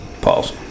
Pause